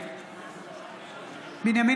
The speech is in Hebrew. בנימין